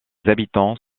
habitants